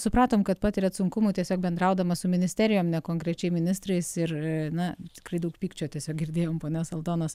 supratom kad patiriat sunkumų tiesiog bendraudama su ministerijom ne konkrečiai ministrais ir na tikrai daug pykčio tiesiog girdėjom ponios aldonos